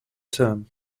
term